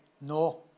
no